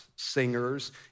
Singers